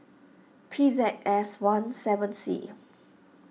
P Z S one seven C